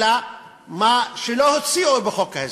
אלא גם על מה שלא הוציאו מחוק ההסדרים,